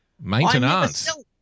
maintenance